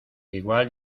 igual